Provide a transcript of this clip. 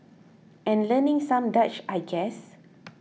and learning some Dutch I guess